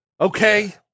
Okay